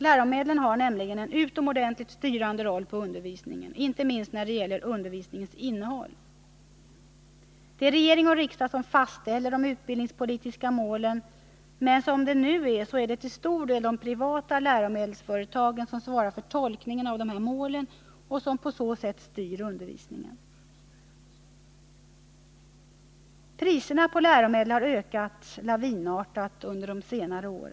Läromedlen har nämligen en utomordentligt styrande roll på undervisningen, inte minst när det gäller undervisningens innehåll. Det är regering och riksdag som fastställer de utbildningspolitiska målen, men som förhållandena nu är så är det till stor del de privata läromedelsföretagen som svarar för tolkningen av dessa mål och som på så sätt styr undervisningen. Priserna på läromedel har ökat lavinartat under senare år.